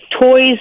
toys